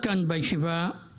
אבל גם תחבורתית הוא היה נדרש מאוד.